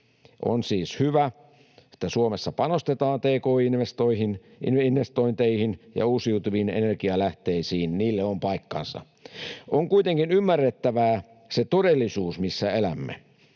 On siis hyvä, että Suomessa panostetaan tk-investointeihin ja uusiutuviin energialähteisiin — niille on paikkansa. On kuitenkin ymmärrettävä se todellisuus, missä elämme.